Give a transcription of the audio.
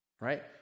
right